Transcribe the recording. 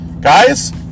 Guys